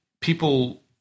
People